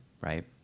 right